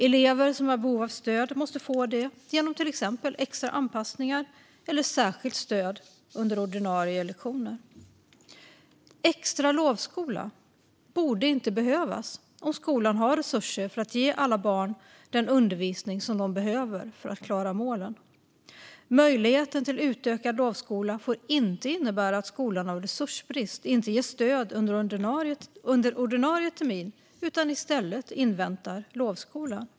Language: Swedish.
Elever som har behov av stöd måste få det genom till exempel extra anpassningar eller särskilt stöd under ordinarie lektioner. Extra lovskola borde inte behövas om skolan har resurser för att ge alla barn den undervisning som de behöver för att klara målen. Möjligheten till utökad lovskola får inte innebära att skolan på grund av resursbrist inte ger stöd under ordinarie termin utan i stället inväntar lovskolan.